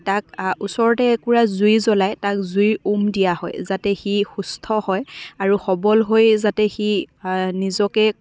তাক ওচৰতে একুৰা জুই জ্বলাই তাক জুইৰ উম দিয়া হয় যাতে সি সুস্থ হয় আৰু সবল হৈ যাতে সি নিজকে